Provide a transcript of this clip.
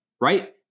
Right